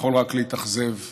יכול רק להתאכזב מאוד.